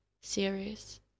series